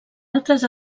altres